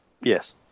Yes